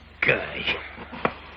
guy